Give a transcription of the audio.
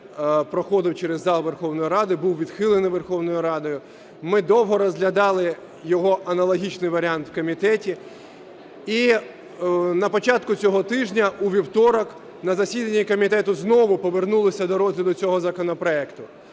проходив через зал Верховної Ради, був відхилений Верховною Радою. Ми довго розглядали його аналогічний варіант в комітеті. І на початку цього тижня у вівторок на засіданні комітету знову повернулися до розгляду цього законопроекту.